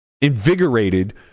invigorated